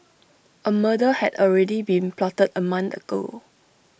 A murder had already been plotted A month ago